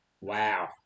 Wow